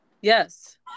yes